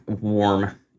warm